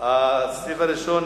חבר הכנסת